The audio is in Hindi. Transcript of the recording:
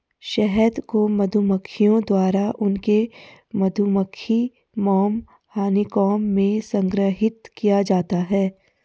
शहद को मधुमक्खियों द्वारा उनके मधुमक्खी मोम हनीकॉम्ब में संग्रहीत किया जाता है